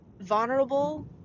vulnerable